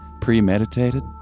premeditated